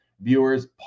viewers